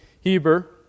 Heber